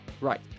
Right